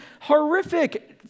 Horrific